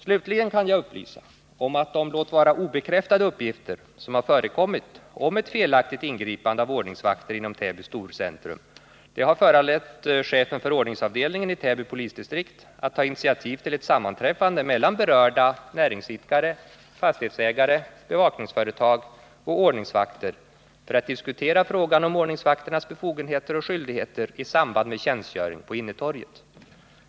Slutligen kan jag upplysa om att de låt vara obekräftade uppgifter som har förekommit om ett felaktigt ingripande av ordningsvakter inom Täby storcentrum har föranlett chefen för ordningsavdelningen i Täby polisdistrikt att ta initiativ till ett sammanträffande mellan berörda näringsidkare, fastighetsägare, bevakningsföretag och ordningsvakter för att diskutera frågan om ordningsvakternas befogenheter och skyldigheter i samband med tjänstgöring på innetorget.